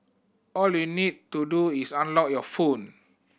all you need to do is unlock your phone